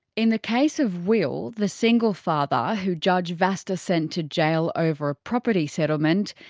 in the case of will, the single father who judge vasta sent to jail over a property settlement,